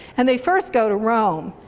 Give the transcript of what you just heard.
and they first go to rome,